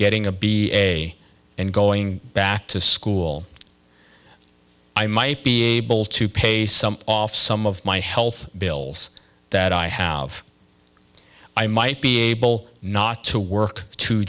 getting a b a and going back to school i might be able to pay some off some of my health bills that i have i might be able not to work two